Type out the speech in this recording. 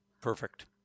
Perfect